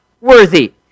worthy